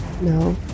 No